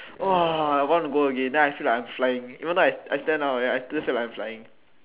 !wah! want to go again then I feel like I'm flying even though I stand down I still feel like I'm flying